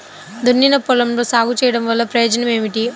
దున్నిన పొలంలో సాగు చేయడం వల్ల ప్రయోజనం ఏమిటి?